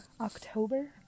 October